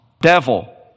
devil